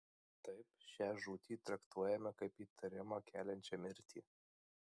taip šią žūtį traktuojame kaip įtarimą keliančią mirtį